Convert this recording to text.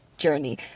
journey